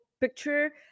picture